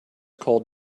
called